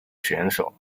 选手